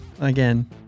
again